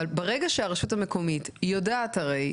אבל ברגע שהרשות המקומית יודעת הרי,